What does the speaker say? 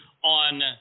On